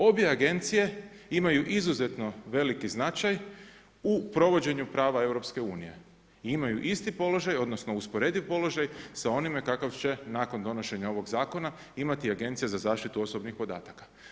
Obje agencije imaju izuzetno veliki značaj u provođenju prava EU-a i imaju isti položaj odnosno usporediv položaj sa onime kakav će nakon donošenja ovog zakona, imati Agencija za zaštitu osobnih podataka.